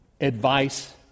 advice